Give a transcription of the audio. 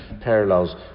parallels